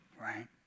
right